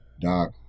doc